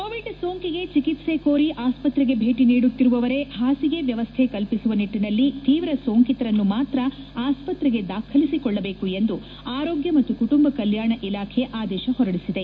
Covid ಸೋಂಕಿಗೆ ಚಿಕಿತ್ಸೆ ಕೋರಿ ಆಸ್ವತ್ರೆಗೆ ಭೇಟಿ ನೀಡುತ್ತಿರುವವರೆ ಹಾಸಿಗೆ ವ್ಯವಸ್ಥೆ ಕಲ್ಪಿಸುವ ನಿಟ್ಟನಲ್ಲಿ ತೀವ್ರ ಸೋಂಕಿತರನ್ನು ಮಾತ್ರ ಆಸ್ಪತ್ರೆಗೆ ದಾಖಲಿಸಿಕೊಳ್ಳದೇಕು ಎಂದು ಆರೋಗ್ಯ ಮತ್ತು ಕುಟುಂಬ ಕಲ್ಗಾಣ ಇಲಾಖೆ ಆದೇಶ ಹೊರಡಿಸಿದೆ